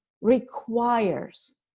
requires